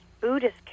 Buddhist